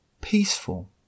peaceful